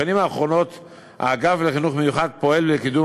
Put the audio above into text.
בשנים האחרונות האגף לחינוך מיוחד פועל לקידום